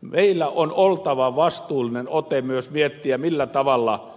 meillä on oltava vastuullinen ote myös miettiä millä tavalla